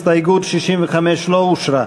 הסתייגות 65 לא אושרה.